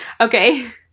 okay